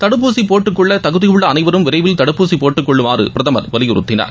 தடுப்பூசி போட்டுக் கொள்ள தகுதியுள்ள அனைவரும் விரைவில் தடுப்பூசி போட்டுக் கொள்ளுமாறு பிரதமர் வலியுறுத்தினார்